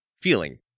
feeling